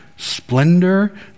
splendor